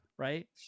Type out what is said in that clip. right